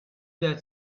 that